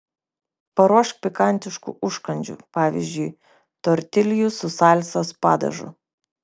paruošk pikantiškų užkandžių pavyzdžiui tortiljų su salsos padažu